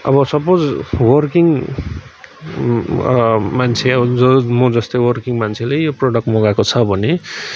अब suppose working मान्छे अब जो म जस्तै वर्किङ मान्छेले यो प्रडक्ट मगाएको छ भने